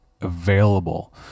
available